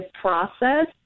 process